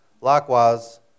Likewise